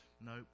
nope